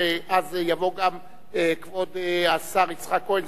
ואז יבוא גם כבוד השר יצחק כהן,